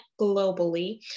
globally